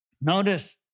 Notice